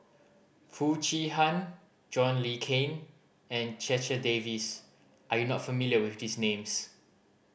Foo Chee Han John Le Cain and Checha Davies are you not familiar with these names